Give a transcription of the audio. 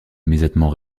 immédiatement